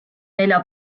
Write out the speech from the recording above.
nelja